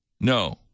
No